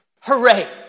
Hooray